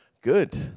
Good